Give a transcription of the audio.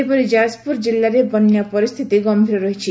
ସେହିପରି ଯାଜପୁର ଜିଲ୍ଲାରେ ବନ୍ୟା ପରିସ୍ତିତି ଗମ୍ଭୀର ରହିଛି